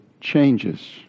changes